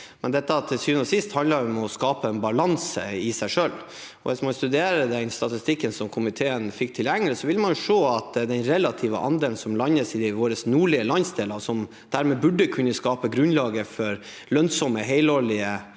men til syvende og sist handler dette om å skape en balanse i seg selv. Hvis man studerer den statistikken komiteen fikk tilgjengelig, vil man se den relative andelen som landes i våre nordlige landsdeler, og som dermed burde kunne skape grunnlaget for lønnsomme, helårlige